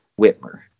Whitmer